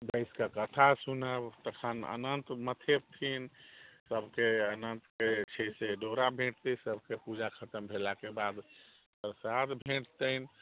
बैसिकऽ कथा सुनब तखन अनन्त मखेबथिन सबके अनन्तके जे छै से डोरा भेटतै सबके पूजा खतम भेलाके बाद प्रसाद भेटतनि